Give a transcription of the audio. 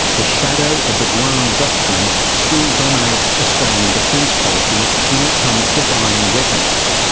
the shadow of the guam doctrine still dominates australian defence policy when it comes to buying weapons.